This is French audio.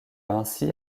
ainsi